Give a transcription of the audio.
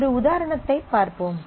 ஒரு உதாரணத்தைப் பார்ப்போம்